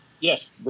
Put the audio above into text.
yes